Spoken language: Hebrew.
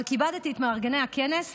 אבל כיבדתי את מארגני הכנס ואמרתי,